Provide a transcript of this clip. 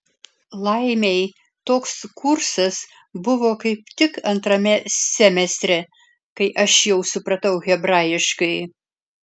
laimei toks kursas buvo kaip tik antrame semestre kai aš jau supratau hebrajiškai